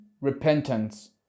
repentance